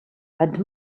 and